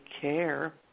care